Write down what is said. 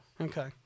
Okay